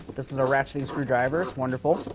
this is a ratcheting screwdriver, it's wonderful.